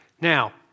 Now